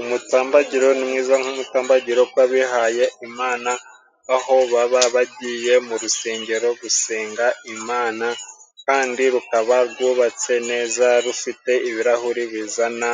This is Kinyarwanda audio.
Umutambagiro mwiza nk'umutambagiro kw'abihaye Imana, aho baba bagiye mu rusengero gusenga Imana kandi rukaba rwubatse neza, rufite ibirahuri bizana